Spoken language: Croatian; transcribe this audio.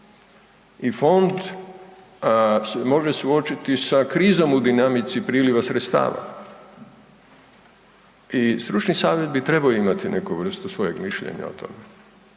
I fond se može suočiti sa krizom u dinamici priljeva sredstava i stručni savjet bi trebao imati neku vrstu svojeg mišljenja o tome